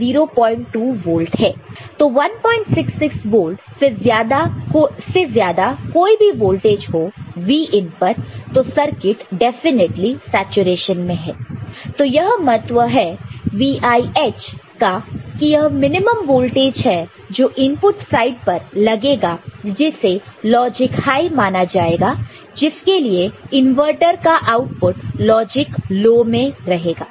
तो 166 वोल्ट फिर ज्यादा कोई भी वोल्टेज हो Vin पर तो सर्किट डेफिनेटली सैचुरेशन में है तो यह महत्व है VIH का कि यह मिनिमम वोल्टेज है जो इनपुट साइड पर लगेगा जिसे लॉजिक हाई माना जाएगा जिसके लिए इनवर्टर का आउटपुट लॉजिक लो में रहेगा